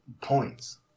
points